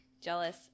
jealous